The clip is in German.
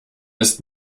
ist